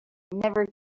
never